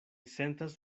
sentas